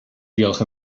diolch